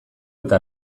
eta